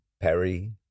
Perry